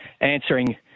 answering